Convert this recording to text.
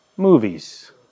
Movies